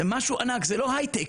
זה משהו ענק; זה לא הייטק.